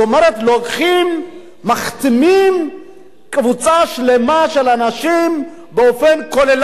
לוקחים ומכתימים קבוצה שלמה של אנשים באופן כוללני.